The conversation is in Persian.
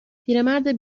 پیرمرد